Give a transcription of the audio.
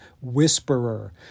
whisperer